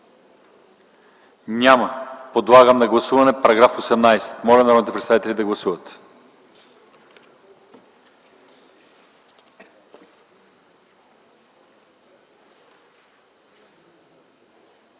Няма. Подлагам на гласуване § 17. Моля народните представители да гласуват.